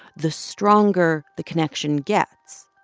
the stronger the connection gets,